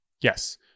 Yes